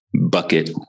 bucket